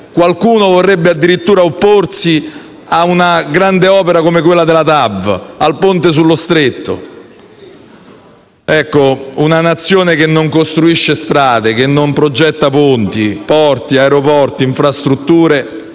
Qualcuno vorrebbe addirittura opporsi a una grande opera come quella della TAV o al ponte sullo Stretto. Una Nazione che non costruisce strade, che non progetta ponti, porti, aeroporti e infrastrutture,